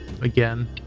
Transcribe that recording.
again